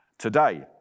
today